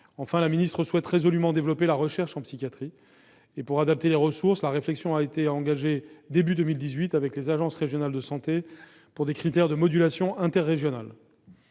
Enfin, la ministre souhaite résolument développer la recherche dans cette spécialité. Afin que soient adaptées les ressources, une réflexion a été engagée début 2018 avec les agences régionales de santé pour concevoir des critères de modulation interrégionale.